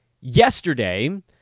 yesterday